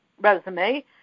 resume